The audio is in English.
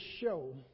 show